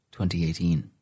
2018